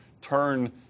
turn